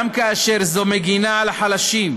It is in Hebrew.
גם כאשר זו מגינה על החלשים,